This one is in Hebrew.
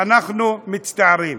אנחנו מצטערים.